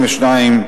מ-22,